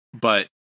but-